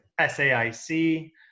SAIC